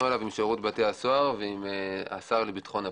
עליו עם שירות בתי-הסוהר ועם השר לביטחון הפנים.